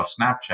Snapchat